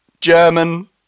German